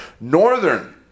Northern